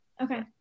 Okay